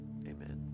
amen